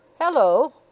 Hello